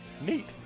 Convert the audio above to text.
Neat